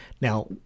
Now